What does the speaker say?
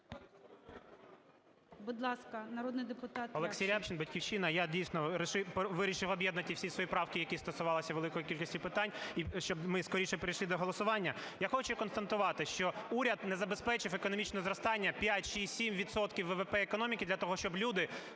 Олексій Рябчин, "Батьківщина". Я, дійсно, вирішив об'єднати всі свої правки, які стосувалися великої кількості питань, і щоб ми скоріше перейшли до голосування. Я хочу констатувати, що уряд не забезпечив економічне зростання 5, 6, 7 відсотків ВВП економіки для того, щоб люди